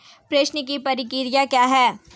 प्रेषण की प्रक्रिया क्या है?